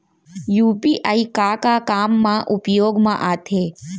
UPI का का काम मा उपयोग मा आथे?